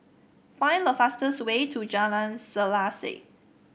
find the fastest way to Jalan Selaseh